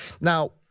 Now